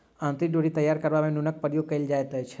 अंतरी डोरी तैयार करबा मे नूनक प्रयोग कयल जाइत छै